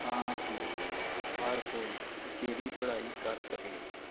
ਤਾਂ ਕਿ ਹਰ ਕੋਈ ਉਚੇਰੀ ਪੜ੍ਹਾਈ ਕਰ ਸਕੇ